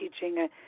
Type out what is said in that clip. teaching